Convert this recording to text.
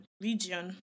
region